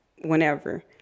whenever